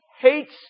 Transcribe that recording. hates